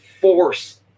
force